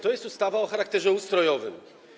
To jest ustawa o charakterze ustrojowym.